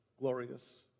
glorious